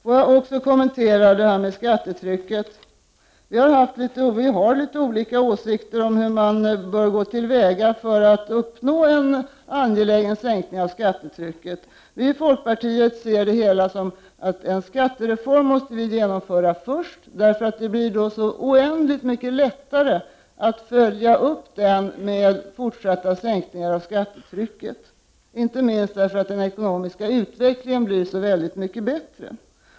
Så några kommentarer om skattetrycket. Vi har litet olika åsikter om hur man bör gå till väga för att uppnå en angelägen sänkning av skattetrycket. Vi i folkpartiet ser det hela så att vi först måste genomföra en skattereform. Det blir då så oändligt mycket lättare att följa upp denna med fortsatta sänkningar av skattetrycket, inte minst därför att den ekonomiska utvecklingen då blir så mycket bättre.